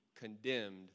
condemned